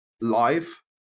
live